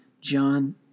John